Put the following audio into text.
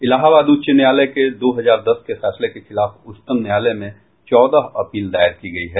इलाहाबाद उच्च न्यायालय के दो हजार दस के फैसले के खिलाफ उच्चतम न्यायालय में चौदह अपील दायर की गई है